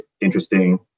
interesting